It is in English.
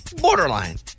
Borderline